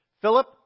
Philip